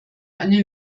eine